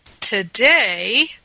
today